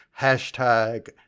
hashtag